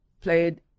played